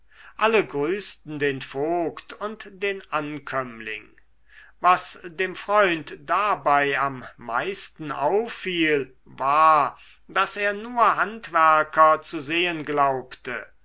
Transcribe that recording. alle grüßten den vogt und den ankömmling was dem freund dabei am meisten auffiel war daß er nur handwerker zu sehen glaubte